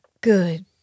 good